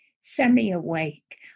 semi-awake